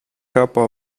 capo